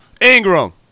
Ingram